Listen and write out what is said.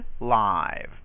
live